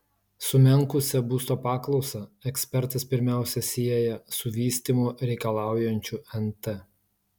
sumenkusią būsto paklausą ekspertas pirmiausia sieja su vystymo reikalaujančiu nt